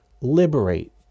liberate